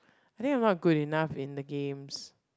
I think I'm not good enough in the games